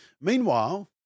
Meanwhile